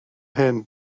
hyn